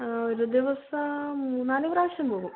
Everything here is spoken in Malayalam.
ഒരു ദിവസം മൂന്നാല് പ്രാവശ്യം പോകും